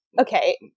Okay